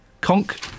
Conk